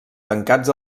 tancats